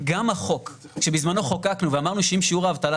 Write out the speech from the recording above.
גם החוק שבזמנו חוקקנו ואמרנו שאם שיעור האבטלה